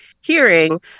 hearing